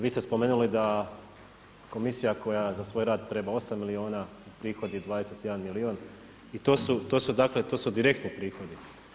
Vi ste spomenuli da komisija koja za svoj rad treba osam milijuna, prihod je 21 milijun i to su direktni prihodi.